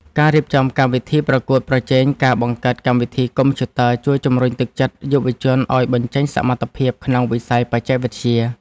ការរៀបចំកម្មវិធីប្រកួតប្រជែងការបង្កើតកម្មវិធីកុំព្យូទ័រជួយជំរុញទឹកចិត្តយុវជនឱ្យបញ្ចេញសមត្ថភាពក្នុងវិស័យបច្ចេកវិទ្យា។